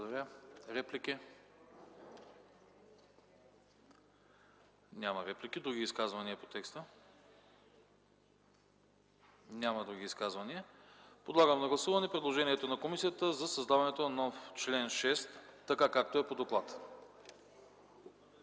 Реплики? Няма. Други изказвания по текста? Няма. Подлагам на гласуване предложението на комисията за създаване на нов чл. 6, така както е по доклада.